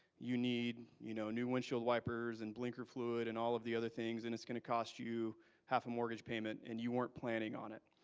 you need you know new windshield wipers, and blinker fluid, and all of the other things. and it's to cost you half a mortgage payment. and you weren't planning on it.